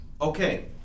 Okay